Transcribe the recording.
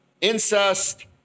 incest